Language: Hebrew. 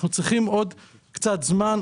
אנחנו צריכים עוד קצת זמן,